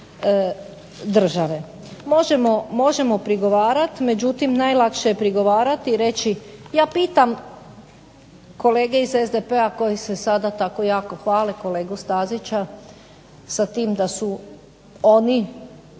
Možemo prigovarati, međutim najlakše je prigovarati i reći ja pitam kolege iz SDP-a koji se sada tako jako hvale, kolegu Stazića, sa tim da su oni ideja,